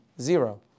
Zero